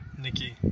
Nikki